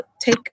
take